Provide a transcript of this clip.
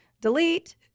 delete